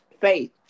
Faith